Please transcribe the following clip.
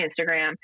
Instagram